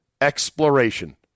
exploration